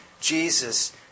Jesus